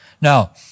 Now